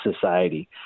society